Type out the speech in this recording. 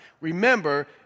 Remember